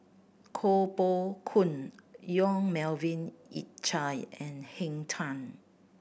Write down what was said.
Koh Poh Koon Yong Melvin Yik Chye and Henn Tan